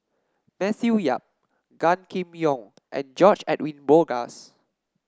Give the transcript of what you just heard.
Matthew Yap Gan Kim Yong and George Edwin Bogaars